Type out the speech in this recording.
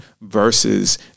versus